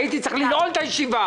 הייתי צריך לנעול את הישיבה.